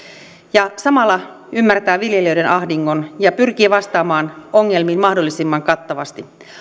ja samalla ymmärtää viljelijöiden ahdingon ja pyrkii vastaamaan ongelmiin mahdollisimman kattavasti